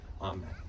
amen